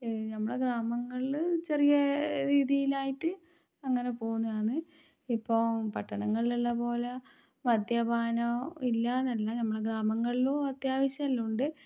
ഞമ്മടെ ഗ്രാമങ്ങളിൽ ചെറിയ രീതിയിലായിട്ട് അങ്ങനെ പോകുന്നതാന്ന് ഇപ്പോൾ പട്ടണങ്ങളിലുള്ള പോലെ മദ്യപാനമോ ഇല്ലായെന്നല്ല ഞമ്മള ഗ്രാമങ്ങളിലും അത്യാവശ്യം എല്ലാമുണ്ട്